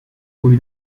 with